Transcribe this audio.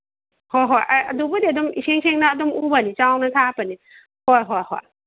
ꯍꯣꯏ ꯍꯣꯏ ꯑꯩ ꯑꯗꯨꯕꯨꯗꯤ ꯑꯗꯨꯝ ꯏꯁꯦꯡ ꯁꯦꯡꯅ ꯑꯗꯨꯝ ꯎꯕꯅꯤ ꯆꯥꯎꯅ ꯊꯥꯕꯅꯤ ꯍꯣꯏ ꯍꯣꯏ ꯍꯣꯏ